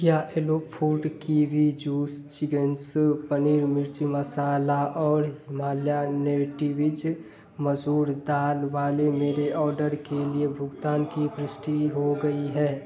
क्या aloe food kiwi juice चिगेन्स पनीर मिर्ची मसाला और हिमालया नेटिविज़ मसूर दाल वाले मेरे ऑर्डर के लिए भुगतान की पृष्टि हो गई है